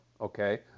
Okay